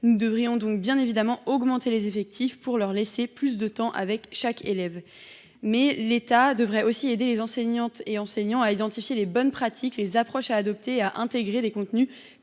Il importe donc d’augmenter les effectifs pour leur laisser plus de temps avec chaque élève. L’État devrait aussi aider les enseignantes et enseignants à identifier les bonnes pratiques, les approches à adopter et les contenus